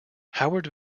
howard